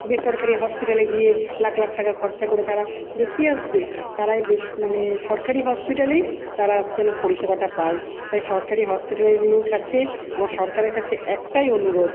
বেসরকারি হসপিটালে গিয়ে লাখ লাখ টাকা খরচা করে তারা দেখিয়ে আসবে তারাই বেশ মানে সরকারি হসপিটালেই তারা যেন পরিষেবাটা পায় তাই সরকারি হসপিটালগুলোর কাছে আমার সরকারের কাছে একটাই অনুরোধ